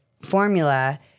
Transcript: formula